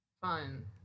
fun